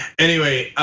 anyway,